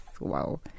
Wow